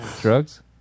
Drugs